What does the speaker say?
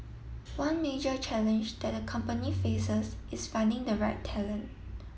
one major challenge that the company faces is finding the right talent